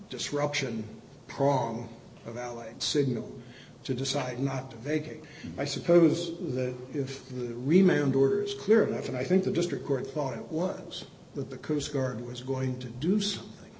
disruption prong of allied signal to decide not to vacate i suppose that if the remainder is clear enough and i think the district court thought it was that the coast guard was going to do something